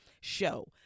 show